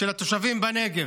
של התושבים בנגב.